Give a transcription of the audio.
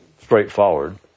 straightforward